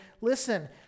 listen